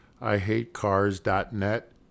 Ihatecars.net